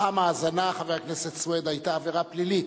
פעם האזנה, חבר הכנסת סוייד, היתה עבירה פלילית,